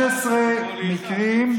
13 מקרים,